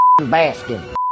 Baskin